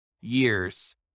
years